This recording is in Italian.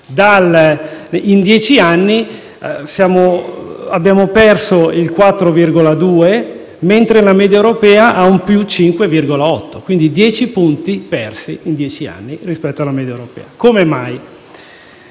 In dieci anni abbiamo perso il 4,2 per cento mentre la media europea è +5,8, quindi 10 punti persi in dieci anni rispetto alla media europea. Come mai?